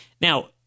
Now